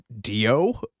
Dio